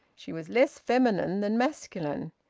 she was less feminine than masculine.